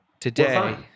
today